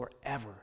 forever